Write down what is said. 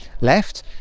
left